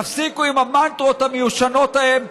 תפסיקו עם המנטרות המיושנות ההן,